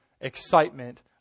excitement